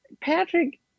Patrick